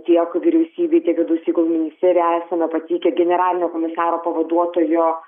tiek vyriausybei tiek vidaus reikalų ministerijai esame pateikę generalinio komisaro pavaduotojo